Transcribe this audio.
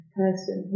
person